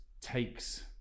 takes